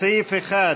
לסעיף 1,